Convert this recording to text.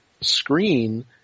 screen